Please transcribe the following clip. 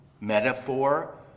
Metaphor